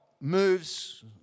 moves